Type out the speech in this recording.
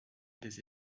des